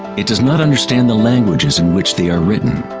it does not understand the languages in which they are written.